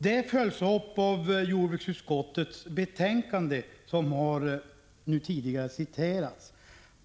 Detta följs upp av jordbruksutskottets betänkande, som här tidigare har citerats.